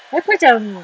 aku macam